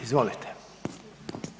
Izvolite.